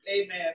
Amen